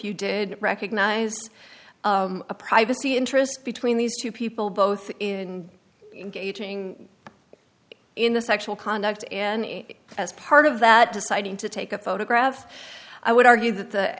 you did recognize a privacy interest between these two people both in gauging the sexual conduct and as part of that deciding to take a photograph i would argue that the